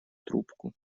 трубку